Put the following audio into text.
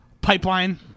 Pipeline